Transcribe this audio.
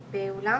באולם.